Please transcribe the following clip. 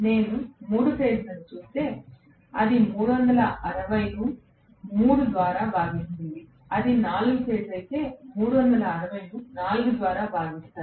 నేను 3 ఫేజ్లను చూస్తే అది 360 ను 3 ద్వారా భాగిస్తుంది అది 4 ఫేజ్ అయితే 360 ను 4 ద్వారా భాగిస్తారు